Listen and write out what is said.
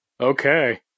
Okay